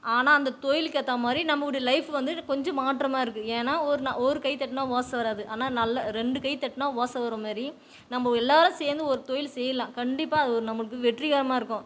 ஆனால் அந்த தொழிலுக்கு ஏற்றா மாதிரி நம்மோடய லைஃபு வந்து கொஞ்சம் மாற்றமாக இருக்குது ஏன்னால் ஒரு நா ஒரு கை தட்டினா ஓசை வராது ஆனால் நல்லா ரெண்டு கை தட்டினா ஓசை வரும்மாரி நம்ப எல்லோரும் சேர்ந்து ஒரு தொழில் செய்யலாம் கண்டிப்பாக அது ஒரு நம்மளுக்கு வெற்றிகரமாக இருக்கும்